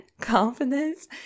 Confidence